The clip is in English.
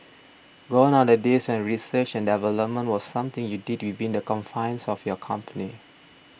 gone are the days when research and development was something you did within the confines of your company